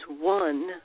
one